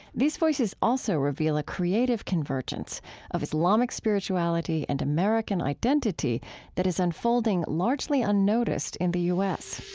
these voices also reveal a creative convergence of islamic spirituality and american identity that is unfolding largely unnoticed in the u s